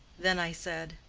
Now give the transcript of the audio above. then i said,